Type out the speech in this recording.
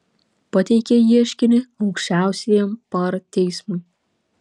pateikė ieškinį aukščiausiajam par teismui